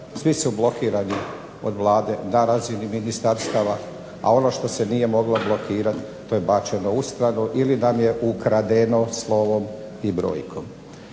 svi su blokirani od Vlade na razini ministarstava, a ono što se nije moglo blokirati to je bačeno u stranu ili nam je ukradeno slovom i brojkom.